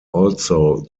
also